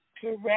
correct